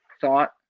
thought